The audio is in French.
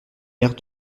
maire